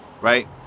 right